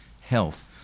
health